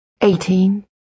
Eighteen